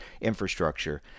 infrastructure